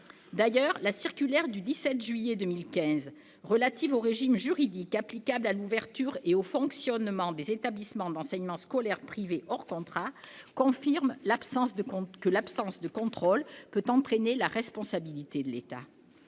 D'ailleurs, la circulaire du 17 juillet 2015 relative au régime juridique applicable à l'ouverture et au fonctionnement des établissements d'enseignement scolaire privés hors contrat confirme que l'absence de contrôle peut entraîner la responsabilité de l'État.